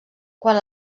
quan